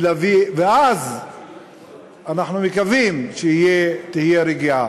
ואז אנחנו מקווים שתהיה רגיעה.